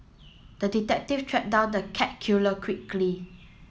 the detective tracked down the cat killer quickly